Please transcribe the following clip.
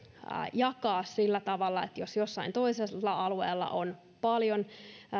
jakaa sillä tavalla että jos jollain toisella alueella on paljon